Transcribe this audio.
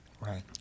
Right